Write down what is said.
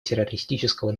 террористического